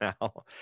Now